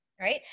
Right